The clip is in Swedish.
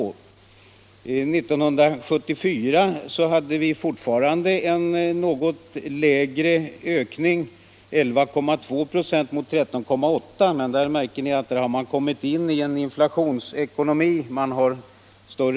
År 1974 hade vi fortfarande en något lägre ökning, 11,2 96 mot 13.8 — nu märker ni att vi hade kommit in i en inflationsekonomi, eftersom värdena ökat avsevärt.